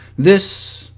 this.